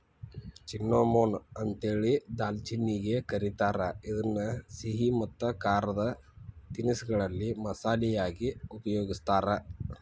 cinnamon ಅಂತೇಳಿ ದಾಲ್ಚಿನ್ನಿಗೆ ಕರೇತಾರ, ಇದನ್ನ ಸಿಹಿ ಮತ್ತ ಖಾರದ ತಿನಿಸಗಳಲ್ಲಿ ಮಸಾಲಿ ಯಾಗಿ ಉಪಯೋಗಸ್ತಾರ